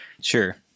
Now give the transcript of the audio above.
Sure